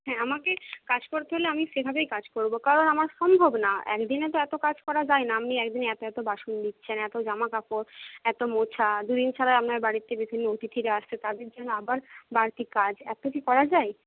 হ্যাঁ আমাকে কাজ করতে হলে আমি সেভাবেই কাজ করবো কারণ আমার সম্ভব না এক দিনে তো এতো কাজ করা যায় না আপনি এক দিনে এতো এতো বাসন দিচ্ছেন এতো জামা কাপড় এতো মোছা দুদিন ছাড়া আপনার বাড়িতে বিভিন্ন অতিথিরা আসছে তাদের জন্য আবার বাড়তি কাজ এতো কি করা যায়